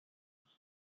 below